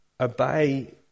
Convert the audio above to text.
Obey